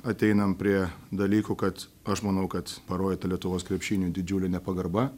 ateinam prie dalykų kad aš manau kad parodyta lietuvos krepšiniui didžiulė nepagarba